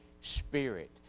Spirit